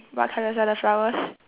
what colours are the flowers